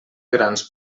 grans